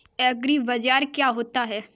एग्रीबाजार क्या होता है?